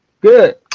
Good